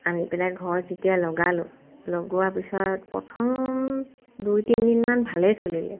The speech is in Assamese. আনি পেলাই ঘৰত যেতিয়া লগালোঁ লগোৱা পিছত প্ৰথম দুই তিনিদিনমান ভালেই চলিলে